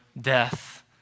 death